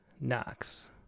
Knox